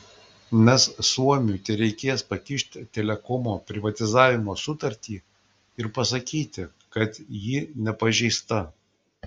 nes suomiui tereikės pakišti telekomo privatizavimo sutartį ir pasakyti kad ji nepažeista